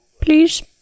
please